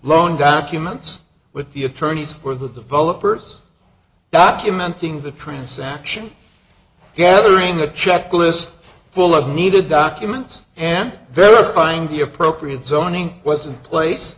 loan documents with the attorneys for the developers documenting the prince actually gathering a checklist full of needed documents and verifying the appropriate zoning wasn't place